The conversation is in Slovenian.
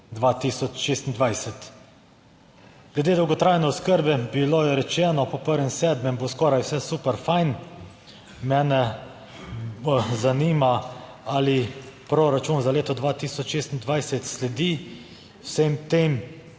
2026. Glede dolgotrajne oskrbe. Bilo je rečeno po 1. 7. bo skoraj vse super fajn. Mene zanima ali proračun za leto 2026 sledi vsem tem